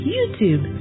YouTube